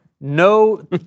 no